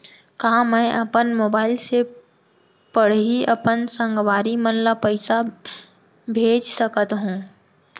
का मैं अपन मोबाइल से पड़ही अपन संगवारी मन ल पइसा भेज सकत हो?